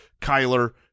Kyler